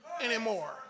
anymore